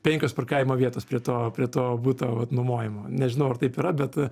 penkios parkavimo vietos prie to prie to buto vat nuomojamo nežinau ar taip yra bet